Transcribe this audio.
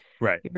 Right